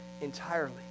entirely